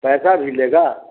पैसा भी लेगा